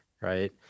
right